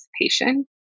participation